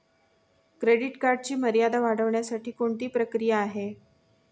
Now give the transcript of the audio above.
Credit कार्डची मर्यादा वाढवण्यासाठी कोणती प्रक्रिया आहे?